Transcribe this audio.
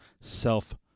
self